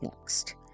next